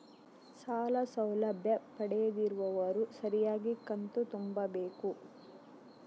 ಸಾಲ ಸೌಲಭ್ಯ ಪಡೆದಿರುವವರು ಸರಿಯಾಗಿ ಕಂತು ತುಂಬಬೇಕು?